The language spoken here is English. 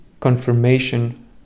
confirmation